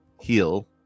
heal